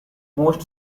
most